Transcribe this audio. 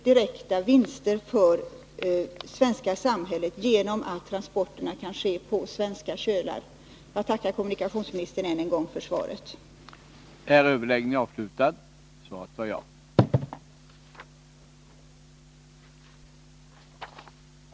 Är kommunikationsministern mot denna bakgrund beredd att utan ytterligare dröjsmål genomföra de förslag till förbättringar av arbetarskydd och trafiksäkerhet som föreslås i bilarbetstidsutredningen?